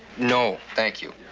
no, thank you.